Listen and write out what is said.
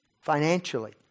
Financially